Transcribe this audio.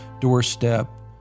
doorstep